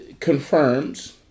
Confirms